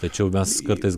tačiau mes kartais